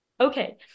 Okay